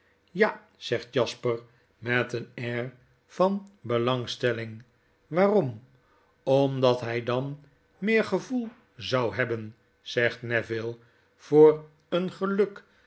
ja j zegt jasper met een air van belangstelling waarom omdat hg dan meer gevoel zou hebben zegt neville voor een geluk